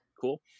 cool